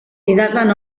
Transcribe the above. idazlan